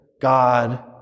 God